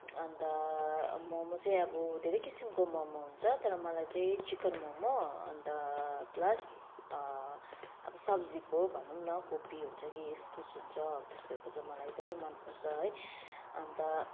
अन्त मोमो चाहिँ अब धेरै किसिमको मोमो हुन्छ तर मलाई चाहिँ चिकन मोमो अन्त प्लस अब सब्जीको भनौँ न कोपी हुन्छ कि इस्कुस हुन्छ हो त्यस्तोहरूको चाहिँ मलाई एकदमै मनपर्छ है अन्त